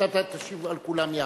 אתה תשיב על כולן יחד.